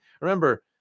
Remember